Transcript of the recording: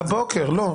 לא,